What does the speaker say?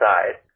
Side